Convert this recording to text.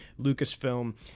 Lucasfilm